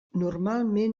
normalment